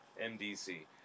MDC